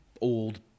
old